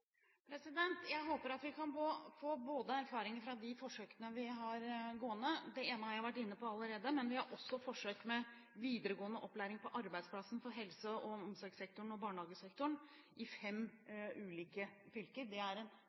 Jeg håper at vi kan få erfaringer fra de forsøkene vi har gående – det ene har jeg vært inne på allerede – men vi har også forsøk med videregående opplæring på arbeidsplassen for helse- og omsorgssektoren og barnehagesektoren i fem ulike fylker. Det er